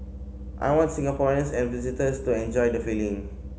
I want Singaporeans and visitors to enjoy the feeling